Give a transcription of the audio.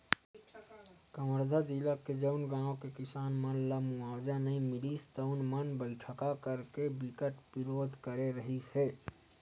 कवर्धा जिला के जउन गाँव के किसान मन ल मुवावजा नइ मिलिस तउन मन बइठका करके बिकट बिरोध करे रिहिस हे